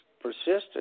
persisted